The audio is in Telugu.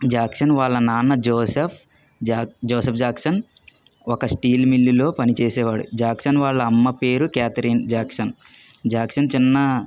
జాక్షన్ వాళ్ళ నాన్న జోసెఫ్ జోసెఫ్ జాక్సన్ ఒక స్టీల్ మిల్లులో పనిచేసేవాడు జాక్సన్ వాళ్ళ అమ్మ పేరు క్యాథరిన్ జాక్సన్ జాక్సన్ చిన్న